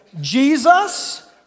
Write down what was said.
Jesus